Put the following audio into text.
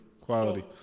quality